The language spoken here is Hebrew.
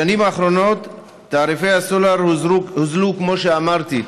בשנים האחרונות תעריפי הסלולר הוזלו, כמו שאמרתי,